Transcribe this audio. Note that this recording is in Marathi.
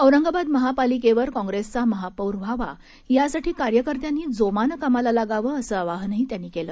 औरंगाबादमहापालिकेवरकाँग्रेसचामहापौरव्हावा यासाठीकार्यकर्त्यांनीजोमानंकामालालागावं असंआवाहनहीत्यांनीकेलं